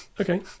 Okay